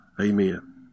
Amen